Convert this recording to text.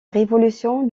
révolution